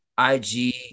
ig